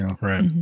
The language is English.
Right